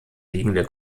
liegende